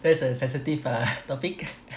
that's a sensitive uh topic